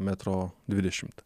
metro dvidešimt